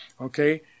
Okay